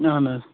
اَہَن حظ